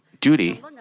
duty